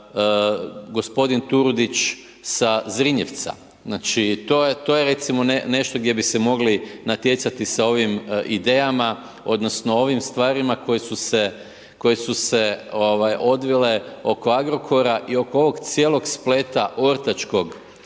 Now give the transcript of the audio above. Gospodin Turudić sa Zrinjevca, znači to je recimo nešto gdje bi se mogli natjecati sa ovim idejama odnosno ovim stvarima koje su se odvile oko Agrokora i oko ovog cijelog spleta ortačkog